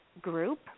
group